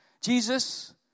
Jesus